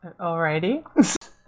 alrighty